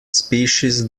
species